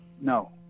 No